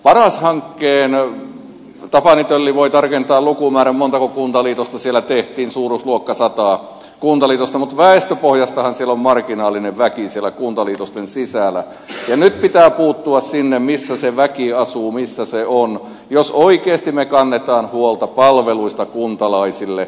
paras hankkeesta tapani tölli voi tarkentaa lukumäärän montako kuntaliitosta siellä tehtiin suuruusluokkaa sata kuntaliitosta mutta väestöpohjastahan siellä on marginaalinen väki kuntaliitosten sisällä ja nyt pitää puuttua sinne missä se väki asuu missä se on jos oikeasti me kannamme huolta palveluista kuntalaisille